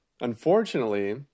Unfortunately